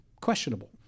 questionable